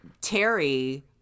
Terry